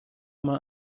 mal